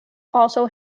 also